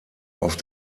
auf